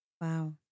Wow